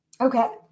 okay